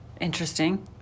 Interesting